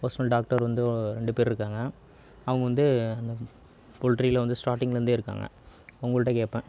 personal doctor வந்து ரெண்டு பேர் இருக்காங்க அவங்க வந்து போல்ட்ரியில் வந்து ஸ்டார்டிங்கிலிருந்தே இருக்காங்க அவங்கள்கிட்ட கேட்பேன்